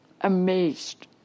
amazed